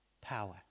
power